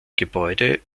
gebäude